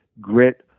grit